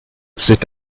c’est